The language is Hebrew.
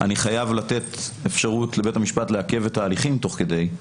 אני חייב לתת אפשרות לבית המשפט לעכב את ההליכים תוך כדי.